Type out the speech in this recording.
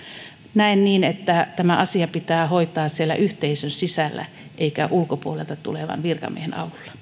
näen niin että tämä asia pitää hoitaa siellä yhteisön sisällä eikä ulkopuolelta tulevan virkamiehen